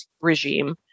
regime